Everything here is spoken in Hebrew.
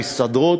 ההסתדרות,